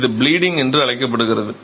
இது ப்லீடிங்க் என்று அழைக்கப்படுகிறது